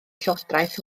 llywodraeth